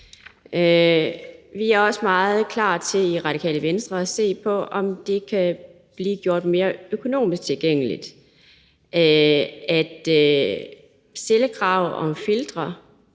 Venstre også meget klar til at se på, om det kan blive gjort mere økonomisk rimeligt at stille krav om filtre,